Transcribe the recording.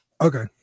Okay